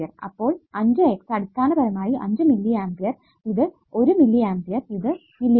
അപ്പോൾ 5 x അടിസ്ഥാനപരമായി 5 മില്ലിA ഇത് 1 മില്ലിA ഇത് മില്ലിA